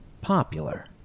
Popular